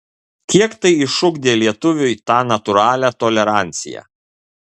kiek tai išugdė lietuviui tą natūralią toleranciją